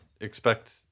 expect